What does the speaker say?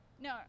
No